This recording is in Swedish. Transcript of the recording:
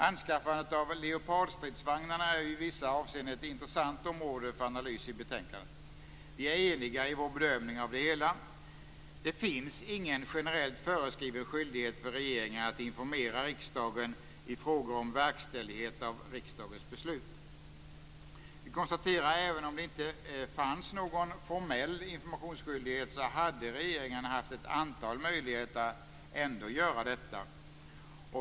Anskaffandet av Leopardstridsvagnarna är ju i vissa avseenden ett intressant område för analys i betänkandet. Vi är eniga i vår bedömning av det hela. Det finns ingen generellt föreskriven skyldighet för regeringen att informera riksdagen i frågor om verkställighet av riksdagens beslut. Vi konstaterar att även om det inte fanns någon formell informationsskyldighet, hade regeringen haft ett antal möjligheter att ändå göra detta.